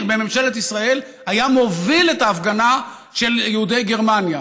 בממשלת ישראל היה מוביל את ההפגנה של יהודי גרמניה.